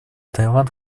таиланд